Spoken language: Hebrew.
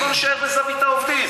בוא נישאר בזווית העובדים.